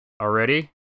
already